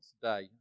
today